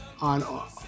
on